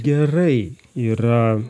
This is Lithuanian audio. gerai yra